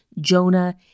Jonah